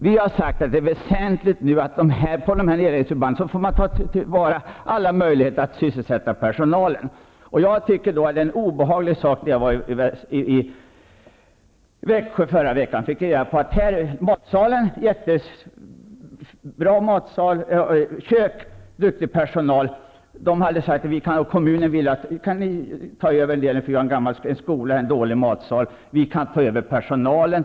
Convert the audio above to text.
Vi har sagt att det är väsentligt att man vid nedläggningen av dessa förband tar till vara alla möjligheter att sysselsätta personalen. Jag fick reda på en obehaglig sak i Växjö i förra veckan. Det finns en bra matsal, fint kök och duktig personal. Kommunen vill att personalen skall ta över mathållningen i en gammal skola. Kommunen skulle ta över personalen.